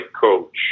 coach